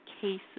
cases